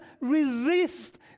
resist